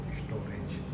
storage